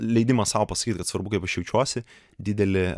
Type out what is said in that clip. leidimą sau pasakyt kad svarbu kaip aš jaučiuosi didelį